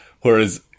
Whereas